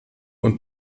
und